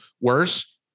worse